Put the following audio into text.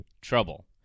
trouble